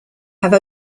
have